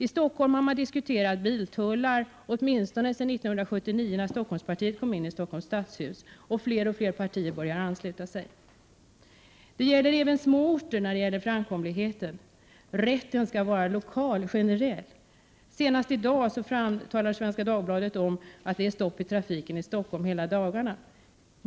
Man har i Stockholm diskuterat biltullar — åtminstone sedan år 1979 då Stockholmspartiet kom in i stadshuset — och fler och fler partier börjar ansluta sig. Detta med framkomligheten gäller även små orter. Den rätten skall gälla lokalt och vara generell. Senast i dag sägs i Svenska Dagbladet att det är stopp i trafiken i Stockholm hela dagarna.